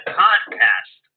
podcast